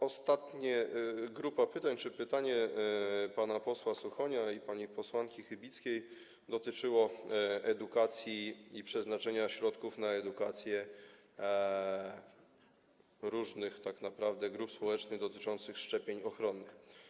Ostatnia grupa pytań czy pytanie pana posła Suchonia i pani posłanki Chybickiej dotyczyło edukacji i przeznaczania środków na edukację różnych tak naprawdę grup społecznych, dotyczących szczepień ochronnych.